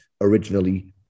originally